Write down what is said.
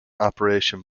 operation